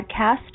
podcast